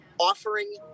offering